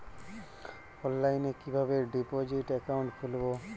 অনলাইনে কিভাবে deposit account খুলবো?